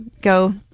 go